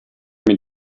mir